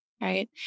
right